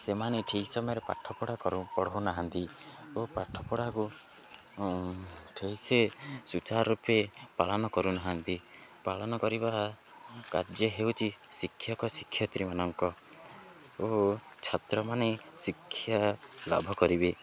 ସେମାନେ ଠିକ୍ ସମୟରେ ପାଠପଢ଼ା ପଢ଼ାଉନାହାନ୍ତି ଓ ପାଠପଢ଼ାକୁ ଠିକ୍ସେ ସୁଚାରୁରୂପେ ପାଳନ କରୁନାହାନ୍ତି ପାଳନ କରିବା କାର୍ଯ୍ୟ ହେଉଚି ଶିକ୍ଷକ ଶିକ୍ଷୟତ୍ରୀମାନଙ୍କ ଓ ଛାତ୍ରମାନେ ଶିକ୍ଷା ଲାଭ କରିବେ